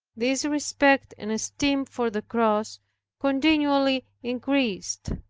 this respect and esteem for the cross continually increased.